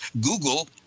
Google